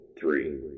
three